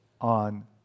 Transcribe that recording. on